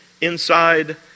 inside